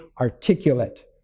articulate